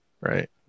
right